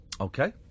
Okay